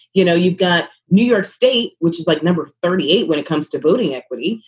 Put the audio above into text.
you know, you've got new york state, which is like number thirty eight when it comes to voting equity,